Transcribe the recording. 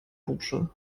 bursche